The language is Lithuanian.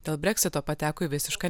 dėl breksito pateko į visišką